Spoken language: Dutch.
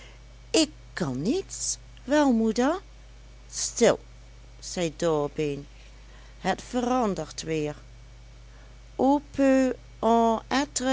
ik kan niets wel moeder stil zei dorbeen het verandert weer